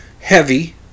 heavy